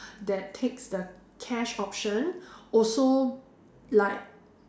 that takes the cash option also like